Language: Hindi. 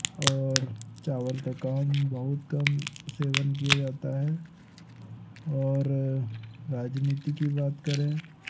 और चावल का काम बहुत कम सेवन किया जाता है और राजनीति की बात करें